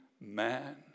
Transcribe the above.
man